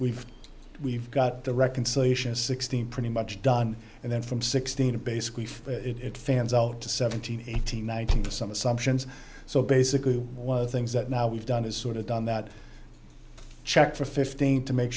we've we've got the reconciliation sixteen pretty much done and then from sixteen to basically for it fans out to seventeen eighteen nineteen to some assumptions so basically one of the things that now we've done is sort of done that check for fifteen to make